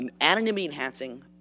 anonymity-enhancing